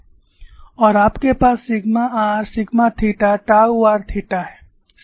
और आपके पास sigma r sigma theta tau r theta है